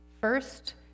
First